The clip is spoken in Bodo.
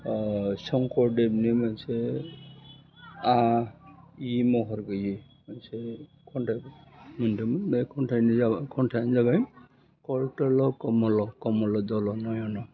अह संकरदेबनि मोनसे आ इ महर गैयै मोनसे खन्थाइ मोन्दोंमोन बे खन्थाइ बिजाबा खन्थाइआनो जाबाय फरटेल' कमल' कमल' दल' नयन'